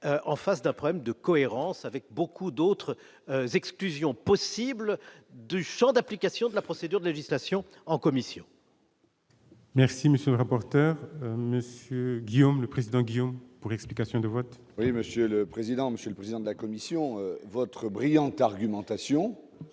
en face d'un problème de cohérence avec beaucoup d'autres exclusion possible du Champ d'application de la procédure de législation en commission. Merci, monsieur le rapporteur monsieur Guillaume le président Guillaume pour explication de vote. Oui, monsieur le président, Monsieur le président de la commission votre brillante argumentation